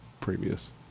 previous